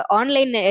online